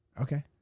Okay